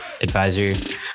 advisor